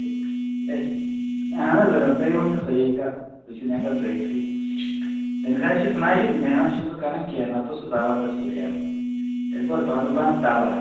ہے ہے اَہَن حظ اۭں توہہِ وونو صحیح سُہ چھِنہٕ ہٮ۪کان دٕوتھی تٔمِس ہہ چھِ سُہ نہ چھِ محنت چھِنہٕ سُہ کران کیٚنہہ نَتہٕ اوس سُہ زبردَس پٕلیر تٔمۍ کوٚر پَنُن پان تباہ